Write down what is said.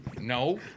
No